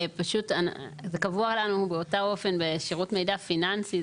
זה קבוע לנו באותו האופן בחוק שירות מידע פיננסי.